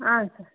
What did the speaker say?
ಹಾಂ ಸರ್